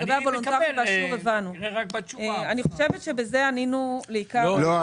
אני חושבת שבזה ענינו על עיקר --- לא.